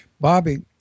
Bobby